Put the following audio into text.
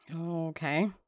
Okay